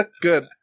Good